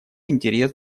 интерес